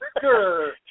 sure